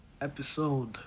episode